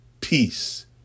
peace